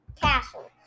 castle